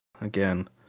again